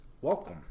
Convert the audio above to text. welcome